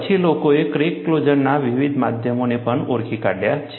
પછી લોકોએ ક્રેક ક્લોઝરના વિવિધ માધ્યમોને પણ ઓળખી કાઢ્યા છે